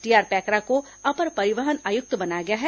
TR Paikra को अपर परिवहन आयुक्त बनाया गया है